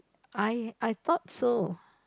I I thought so